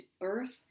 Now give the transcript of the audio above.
earth